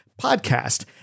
podcast